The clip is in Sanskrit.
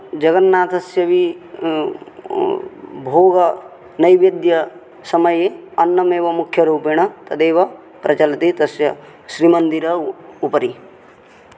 जगन्नाथस्य वि भोगनैवेद्यसमये अन्नमेव मुख्यरूपेण तदेव प्रचलति तस्य श्रीमन्दिरस्य उपरि